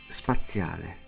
spaziale